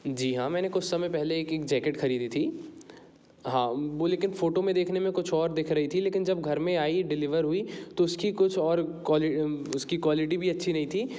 जी हाँ मैंने कुछ समय पहले एक जैकेट खरीदी थी हाँ वो लेकिन फोटो में देखने में कुछ और दिख रही थी और जब वो घर में आई डिलीवर हुई तो उसकी कुछ और क्वालिटी भी अच्छी नहीं थी